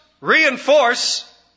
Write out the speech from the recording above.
reinforce